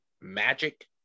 magic